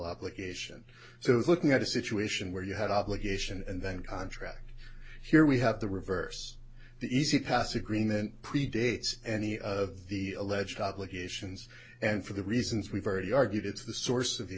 obligation so looking at a situation where you had an obligation and then contract here we have the reverse the e z pass agreement predates any of the alleged obligations and for the reasons we've already argued it's the source of the